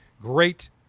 great